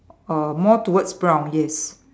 uh more towards brown yes